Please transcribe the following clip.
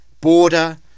border